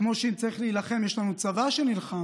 כמו שאם צריך להילחם יש לנו צבא שנלחם,